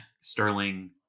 Sterling